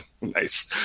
Nice